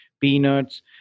peanuts